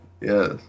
yes